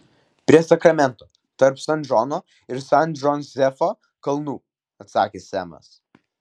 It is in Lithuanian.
prie sakramento tarp san džono ir san džozefo kalnų atsakė semas